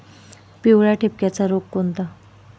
पिवळ्या ठिपक्याचा रोग कोणता?